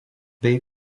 bei